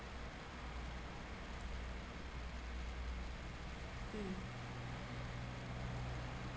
mm